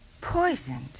Poisoned